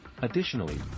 Additionally